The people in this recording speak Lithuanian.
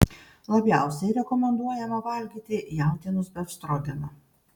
labiausiai rekomenduojama valgyti jautienos befstrogeną